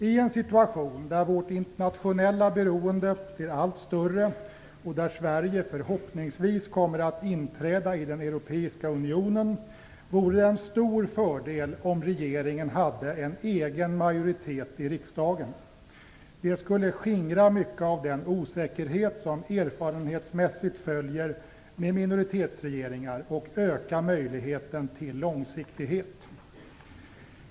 I en situation där vårt internationella beroende blir allt större och där Sverige förhoppningsvis kommer att inträda i den europeiska unionen, vore det en stor fördel om regeringen hade en egen majoritet i riksdagen. Det skulle skingra mycket av den osäkerhet som vi av erfarenhet vet följer med minoritetsregeringar och öka möjligheten till långsiktighet.